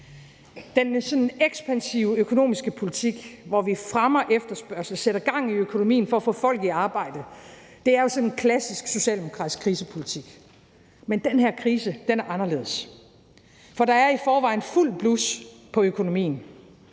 Den ekspansive økonomiske politik, hvor vi fremmer efterspørgslen, sætter gang i økonomien for at få folk i arbejde, er sådan klassisk socialdemokratisk krisepolitik. Men den her krise er anderledes. For der er i forvejen fuldt blus på økonomien.